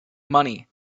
money